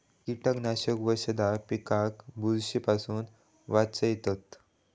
कीटकनाशक वशधा पिकाक बुरशी पासून वाचयतत